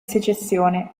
secessione